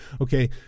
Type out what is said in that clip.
Okay